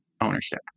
ownership